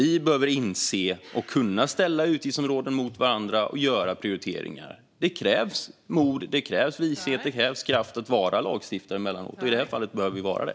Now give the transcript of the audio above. Vi behöver kunna ställa utgiftsområden mot varandra och göra prioriteringar. Det krävs emellanåt mod, vishet och kraft att vara lagstiftare, och i det här fallet behövs det.